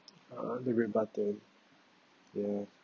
uh the red button ya